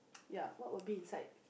ya what would be inside